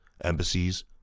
embassies